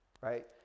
right